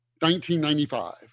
1995